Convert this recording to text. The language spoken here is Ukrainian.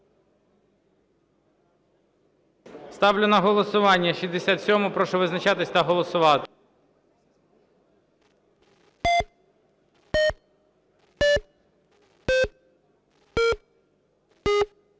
Ставлю на голосування 545 правку. Прошу визначатись та голосувати.